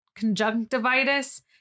conjunctivitis